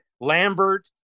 Lambert